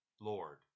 Lord